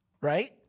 right